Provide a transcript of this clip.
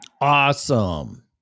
awesome